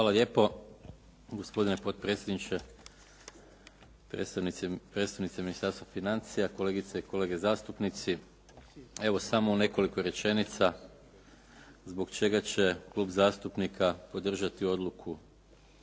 Hvala lijepo gospodine potpredsjedniče, predstavnici Ministarstva financija, kolegice i kolege zastupnici. Evo, samo u nekoliko rečenica zbog čega će Klub zastupnika SDP-a podržati odluku